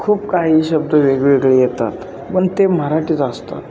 खूप काही शब्द वेगवेगळे येतात पण ते मराठीच असतात